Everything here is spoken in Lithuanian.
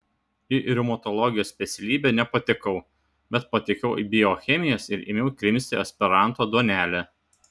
į reumatologijos specialybę nepatekau bet patekau į biochemijos ir ėmiau krimsti aspiranto duonelę